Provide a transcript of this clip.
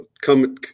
come